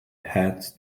hats